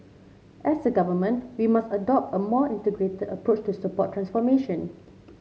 as a Government we must adopt a more integrated approach to support transformation